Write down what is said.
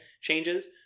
changes